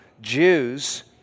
Jews